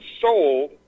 sold